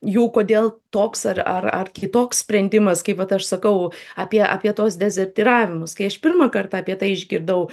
jų kodėl toks ar ar ar kitoks sprendimas kaip vat aš sakau apie apie tuos dezertyravimus kai aš pirmą kartą apie tai išgirdau